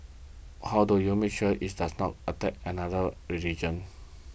how do you make sure it does not attack another religion